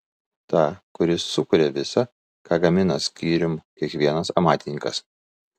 tą kuris sukuria visa ką gamina skyrium kiekvienas amatininkas